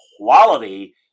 quality